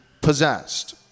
possessed